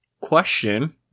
question